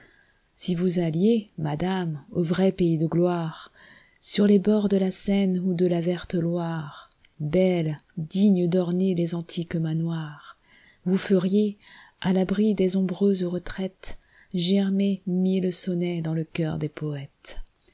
si vous alliez madame au vrai pays de gloire sur les bords de la seine ou de la verte loire belle digne d'orner les antiques manoirs vous feriez à l'abri des ombreuses retraites germer mille sonnets dans le cœur des poètes